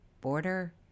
border